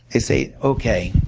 they say okay,